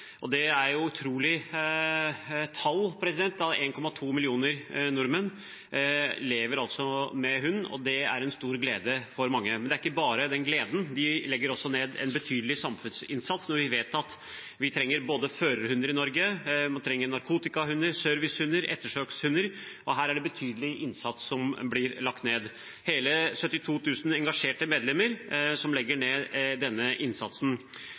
Det er utrolige tall: 1,2 millioner nordmenn lever med hund, og det er en stor glede for mange. Men det handler ikke bare om den gleden. De legger også ned en betydelig samfunnsinnsats når vi vet at vi i Norge trenger både førerhunder, narkotikahunder, servicehunder og ettersøkshunder. Her er det en betydelig innsats som blir lagt ned. Det er hele 72 000 engasjerte medlemmer som legger ned denne innsatsen.